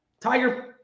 Tiger